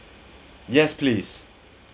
yes please